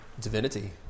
Divinity